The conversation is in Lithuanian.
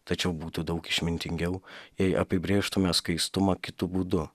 tačiau būtų daug išmintingiau jei apibrėžtume skaistumą kitu būdu